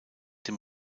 dem